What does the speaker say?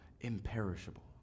imperishable